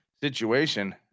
situation